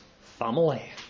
family